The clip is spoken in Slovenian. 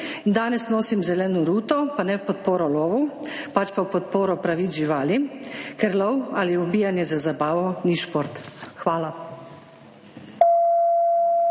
danes nosim zeleno ruto, pa ne v podporo lovu, pač pa v podporo pravic živali, ker lov ali ubijanje za zabavo ni šport. Hvala.